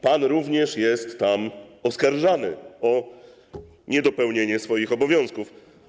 Pan również jest tam oskarżany o niedopełnienie swoich obowiązków.